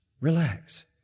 Relax